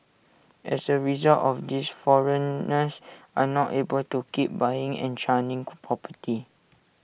as A result of this foreigners are not able to keep buying and churning co property